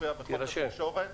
שמופיע בחוק התקשורת